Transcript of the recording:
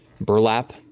burlap